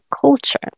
culture